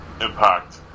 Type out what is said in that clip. Impact